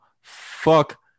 fuck